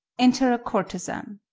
enter a courtezan.